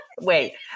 wait